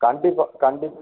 கண்டிப்பாக கண்டிப்பாக